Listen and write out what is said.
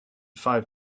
five